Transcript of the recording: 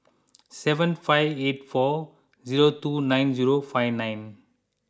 seven five eight four zero two nine zero five nine